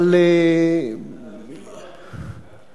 אבל, אתה מכיר פרלמנט מסוכן?